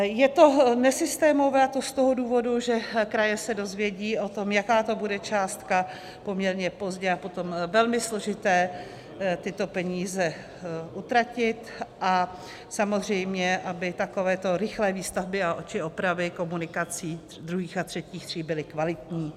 Je to nesystémové, a to z tohoto důvodu, že kraje se dozvědí o tom, jaká to bude částka, poměrně pozdě, a potom je velmi složité tyto peníze utratit, a samozřejmě aby takovéto rychlé výstavby či opravy komunikací druhých a třetích tříd byly kvalitní.